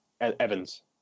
Evans